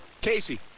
Casey